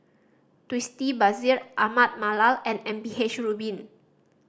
Twisstii Bashir Ahmad Mallal and M P H Rubin